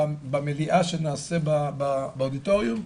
במליאה שנעשה באודיטוריום,